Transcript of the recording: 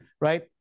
right